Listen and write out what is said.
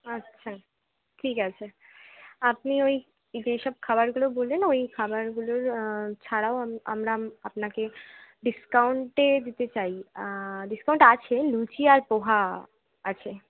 আচ্ছা ঠিক আছে আপনি ওই যেই সব খাবারগুলো বললেন না ওই খাবারগুলোর ছাড়াও আমরা আপনাকে ডিসকাউন্টে দিতে চাই ডিসকাউন্ট আছে লুচি আর পোহা আছে